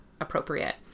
appropriate